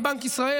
עם בנק ישראל,